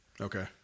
Okay